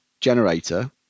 generator